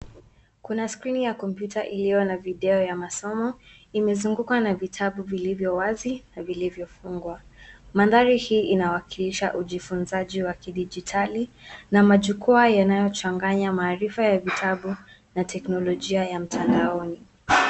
Kuna skrini ya kompyuta iliyo na video ya masomo imezungukwa na vitabu vilivyo wazi na vilivyofungwa. Mandhari hii inawakilisha ujifunzaji wa kidijitali na majukwaa yanayo changanya maarifa ya vitabu na teknolojia ya mtandaoni.